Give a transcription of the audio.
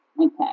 Okay